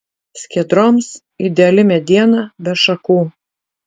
skiedroms ideali mediena be šakų